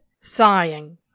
Sighing